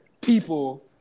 people